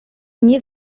nie